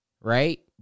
right